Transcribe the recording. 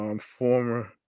former